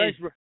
Thanks